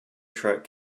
truck